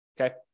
Okay